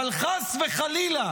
אבל חס וחלילה